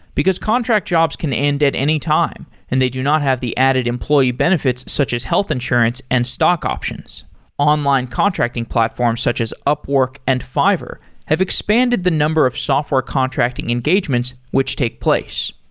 because contract jobs can end at any time and they do not have the added employee benefits, such as health insurance and stock options online contracting platforms, such as upwork and fiverr have expanded the number of software contracting engagements which take place.